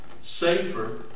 safer